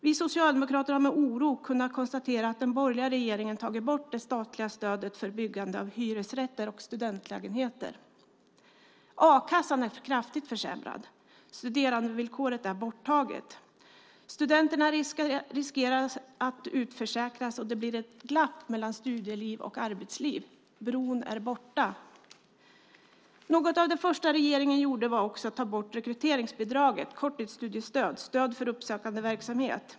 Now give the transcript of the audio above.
Vi socialdemokrater har med oro kunnat konstatera att den borgerliga regeringen tagit bort det statliga stödet för byggande av hyresrätter och studentlägenheter. A-kassan är kraftigt försämrad; studerandevillkoret är borttaget. Studenterna riskerar att utförsäkras, och det blir ett glapp mellan studieliv och arbetsliv. Bron är borta. Något av det första regeringen gjorde var att också ta bort rekryteringsbidrag, korttidsstudiestöd och stöd för uppsökande verksamhet.